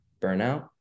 burnout